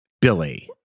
Billy